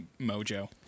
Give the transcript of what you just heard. mojo